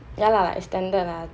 ya lah extended lah